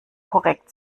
korrekt